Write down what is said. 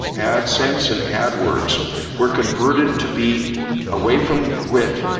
adsense and adwords were converted to be away from gwt,